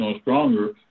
stronger